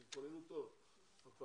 תתכוננו טוב הפעם.